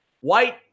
White